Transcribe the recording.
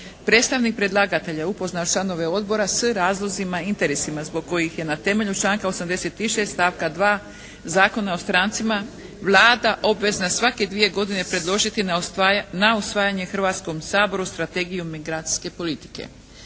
Predstavnik predlagatelja upoznao je članove Odbor sa razlozima i interesima zbog kojih je na temelju članka 86. stavka 2. Zakona o strancima Vlada obvezna svake dvije godine predložiti na usvajanje Hrvatskom saboru Strategiju migracijske politike.